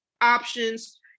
options